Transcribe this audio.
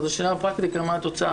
השאלה בפרקטיקה מה התוצאה.